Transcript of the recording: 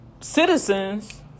citizens